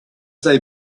they